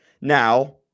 now